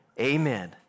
amen